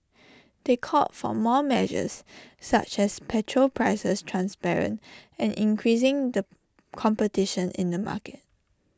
they called for more measures such as petrol prices transparent and increasing the competition in the market